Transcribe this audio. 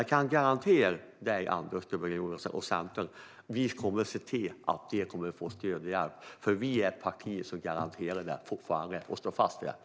Jag kan garantera dig, Anders, och Centern att vi kommer att se till att de får stöd och hjälp. Vi är ett parti som fortfarande garanterar detta och står fast vid det.